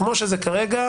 כפי שזה כרגע,